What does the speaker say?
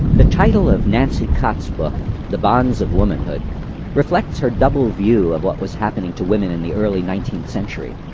the tide of nancy cott's book the bonds of womanhood reflects her double view of what was happening to women in the early nineteenth century.